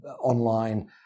online